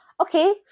Okay